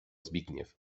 zbigniew